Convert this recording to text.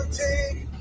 take